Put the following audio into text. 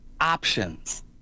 options